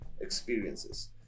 experiences